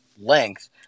length